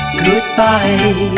goodbye